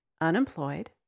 unemployed